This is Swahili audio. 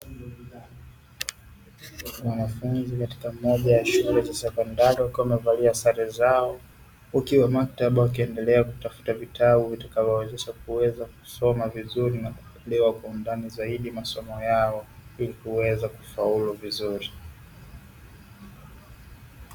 Wanafunzi katika moja ya shule ya sekondari wakiwa wamevalia sare zao, wakiwa maktaba wakiendelea kutafuta vitabu vitakavyowawezesha kuweza kusoma vizuri na kuelewa kwa undani zaidi masomo yao ili kuweza kufaulu vizuri.